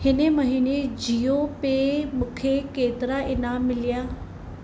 हिन महिने जीओ पे मूंखे केतिरा इनाम मिलिया